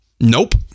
Nope